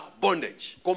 bondage